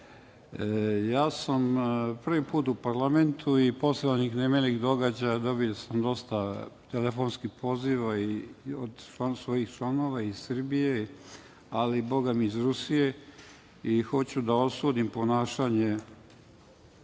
sam prvi put u parlamentu i posle ovih nemilih događaja dobio sam dosta telefonskih poziva od svojih članova iz Srbije, ali i iz Rusije. Hoću da osudim ponašanje